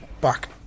back